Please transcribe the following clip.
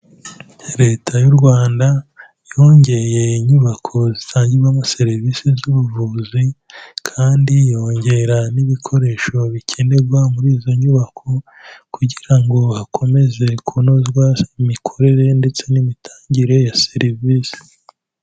Leta y'u Rwanda yongeye inyubako zitangirwamo serivise z'ubuvuzi kandi yongera n'ibikoresho bikenerwa muri izo nyubako kugira ngo hakomeze kunozwa imikorere ndetse n'imitangire ya serivise.